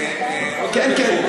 עודד בן-חור,